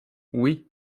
oui